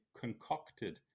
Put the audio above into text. concocted